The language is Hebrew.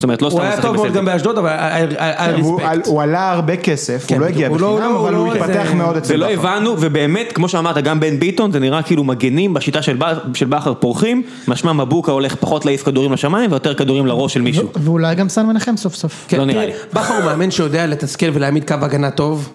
זאת אומרת, לא סתם משחקים בסלטים. הוא היה טוב מאוד גם באשדוד, אבל... הוא עלה הרבה כסף, הוא לא הגיע בחינם, אבל הוא התפתח מאוד את זה. זה לא הבנו, ובאמת, כמו שאמרת, גם בן ביטון, זה נראה כאילו מגנים, בשיטה של בכר פורחים, משמע מבוקה הולך פחות להעיף כדורים לשמיים, ויותר כדורים לראש של מישהו. ואולי גם סאן מנחם סוף סוף. לא נראה לי. בכר הוא מאמן שיודע לתסכל ולהעמיד קו הגנה טוב.